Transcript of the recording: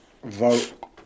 Vote